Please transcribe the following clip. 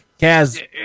Kaz